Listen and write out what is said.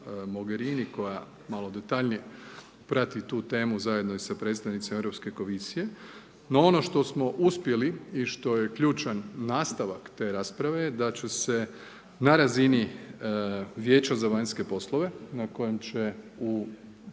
Mogerini koja malo detaljnije prati tu temu zajedno i sa predstavnicima Europske komisije, no ono što smo uspjeli i što je ključan nastavak te rasprave da ću se na razini Vijeća za vanjske poslove, na kojem će u